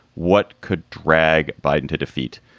what could drag biden to defeat?